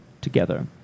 together